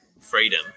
freedom